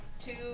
Two